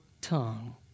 tongue